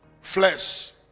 Flesh